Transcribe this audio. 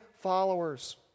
followers